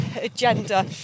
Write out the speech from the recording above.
agenda